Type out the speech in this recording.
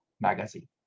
magazine